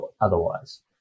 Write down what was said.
otherwise